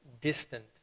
distant